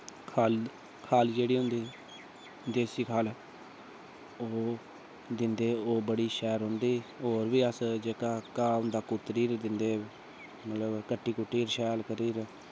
खल जेह्ड़ी होंदी देसी खल ओह् दिन्ने ओह् बड़ी शैल रौंह्दी होर बी अस जेह्का घाऽ होंदा कुतरियै दिन्ने मतलब कट्टी कुट्टियै शैल करियै ते